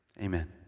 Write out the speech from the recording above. amen